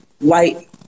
white